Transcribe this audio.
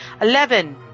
Eleven